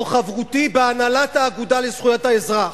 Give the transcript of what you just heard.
זו חברותי בהנהלת האגודה לזכויות האזרח.